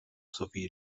sowie